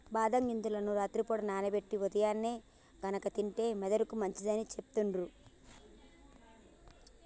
బాదం గింజలను రాత్రి పూట నానబెట్టి ఉదయాన్నే గనుక తింటే మెదడుకి మంచిదని సెపుతుండ్రు